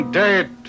dead